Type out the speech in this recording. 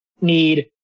need